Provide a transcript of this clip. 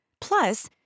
Plus